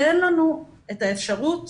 תן לנו את האפשרות